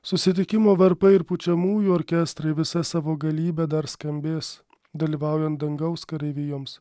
susitikimo varpai ir pučiamųjų orkestrai visa savo galybe dar skambės dalyvaujant dangaus kareivijoms